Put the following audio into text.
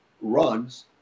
runs